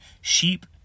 Sheep